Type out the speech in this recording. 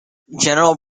general